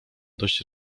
dość